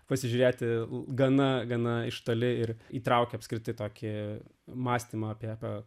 pasižiūrėti gana gana iš toli ir įtraukia apskriti tokį mąstymą apie